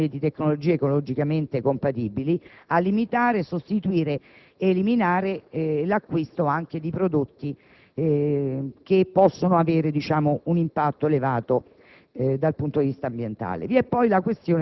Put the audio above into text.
anche al fine di favorire la diffusione di tecnologie ecologicamente compatibili e di limitare, sostituire ed eliminare l'acquisto di prodotti con un impatto elevato